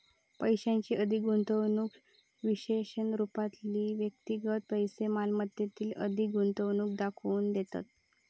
पैशाची अधिक गुंतवणूक विशेष रूपातले व्यक्तिगत पैशै मालमत्तेतील अधिक गुंतवणूक दाखवून देतत